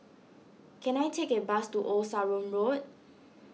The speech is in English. can I take a bus to Old Sarum Road